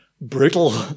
brutal